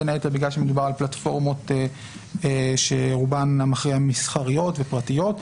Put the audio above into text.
בין היתר מכיוון שמדובר על פלטפורמות שרובן המכריע מסחריות ופרטיות.